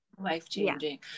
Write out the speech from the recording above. Life-changing